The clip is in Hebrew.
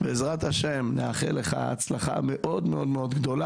בעזרת השם נאחל לך הצלחה מאוד גדולה.